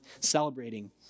celebrating